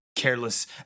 careless